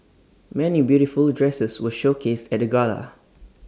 many beautiful dresses were showcased at the gala